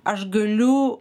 aš galiu